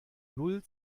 null